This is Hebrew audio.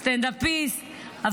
סטנדאפיסט,